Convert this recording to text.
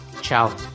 Ciao